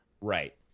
Right